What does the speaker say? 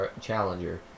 Challenger